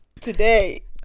today